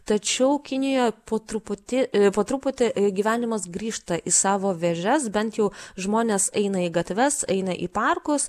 tačiau kinijoj po truputį po truputį gyvenimas grįžta į savo vėžes bent jau žmonės eina į gatves eina į parkus